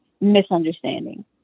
misunderstanding